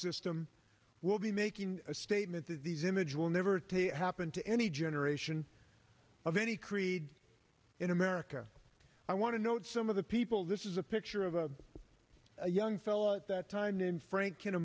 system we'll be making a statement that these images will never to happen to any generation of any creed in america i want to note some of the people this is a picture of a young fellow at that time named frank in a